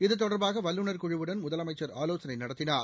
இது தொடர்பாக வல்லுநர் குழுவுடன் முதலமைச்ச் ஆலோசனை நடத்தினார்